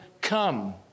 come